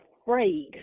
afraid